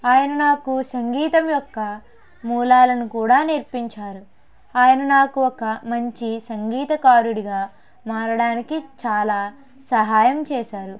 ఆయన నాకు సంగీతం యొక్క మూలాలను కూడా నేర్పించారు ఆయన నాకు ఒక మంచి సంగీతకారుడిగా మారడానికి చాలా సహాయం చేసారు